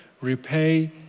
repay